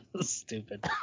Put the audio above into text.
Stupid